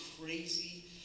crazy